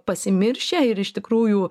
pasimiršę ir iš tikrųjų